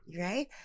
right